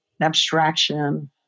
abstraction